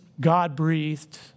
God-breathed